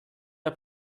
der